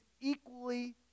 equally